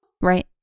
right